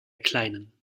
kleinen